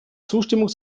zustimmung